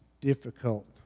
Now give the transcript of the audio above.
difficult